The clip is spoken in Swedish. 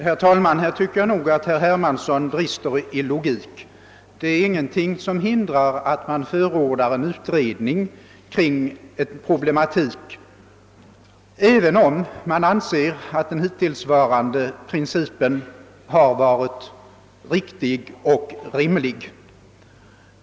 Herr talman! Jag tycker nog att herr Hermansson brister i logik. Det är ingenting som hindrar att man förordar en utredning kring en problematik, även om man anser att den hittillsvarande principen har varit riktig och rimlig.